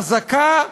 חזקה,